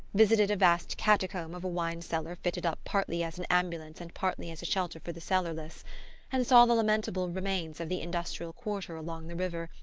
visited a vast catacomb of a wine-cellar fitted up partly as an ambulance and partly as a shelter for the cellarless, and saw the lamentable remains of the industrial quarter along the river,